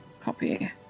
Copy